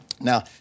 Now